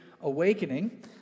Awakening